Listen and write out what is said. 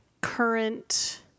current